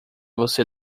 você